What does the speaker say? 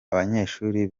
abanyeshuri